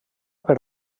per